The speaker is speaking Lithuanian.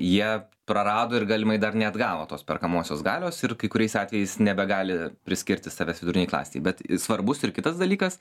jie prarado ir galimai dar neatgavo tos perkamosios galios ir kai kuriais atvejais nebegali priskirti savęs vidurinei klasei bet svarbus ir kitas dalykas